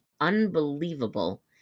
unbelievable